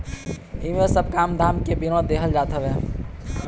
इमे सब काम धाम के विवरण देहल जात हवे